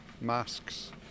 masks